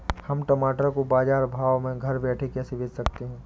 हम टमाटर को बाजार भाव में घर बैठे कैसे बेच सकते हैं?